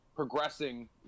progressing